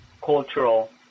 cultural